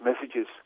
messages